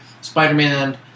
Spider-Man